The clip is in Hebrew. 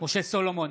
משה סולומון,